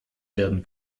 werden